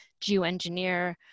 geoengineer